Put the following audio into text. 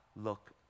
look